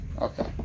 Okay